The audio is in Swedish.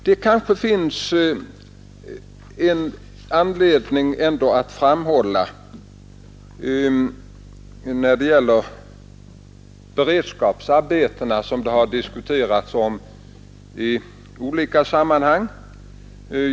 Det kanske finns anledning ändå att framhålla en sak beträffande beredskapsarbetena, som har diskuterats i olika sammanhang.